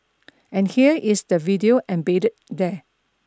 and here is the video embedded there